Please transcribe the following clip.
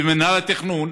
במינהל התכנון,